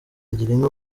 girinka